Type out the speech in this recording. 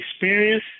experience